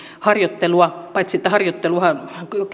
harjoittelua paitsi että harjoitteluhan